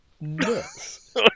nuts